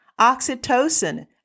oxytocin